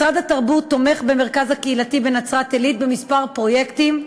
משרד התרבות תומך במרכז הקהילתי בנצרת-עילית בכמה פרויקטים,